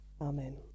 Amen